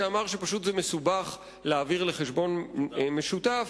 שאמר שזה פשוט מסובך להעביר לחשבון משותף.